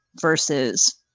versus